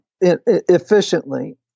efficiently